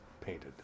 painted